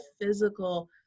physical